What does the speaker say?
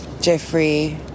Jeffrey